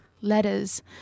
letters